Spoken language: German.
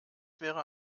wäre